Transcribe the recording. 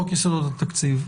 חוק יסודות התקציב.